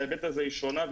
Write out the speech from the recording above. בהיבט הזה שונה,